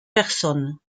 personnes